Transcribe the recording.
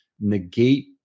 negate